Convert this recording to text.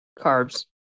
carbs